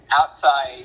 outside